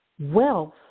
wealth